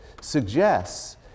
suggests